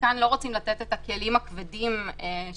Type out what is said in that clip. אם לא לוקחים את סעיפים 66 76 שעוסקים בזה אני מבין